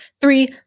three